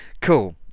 Cool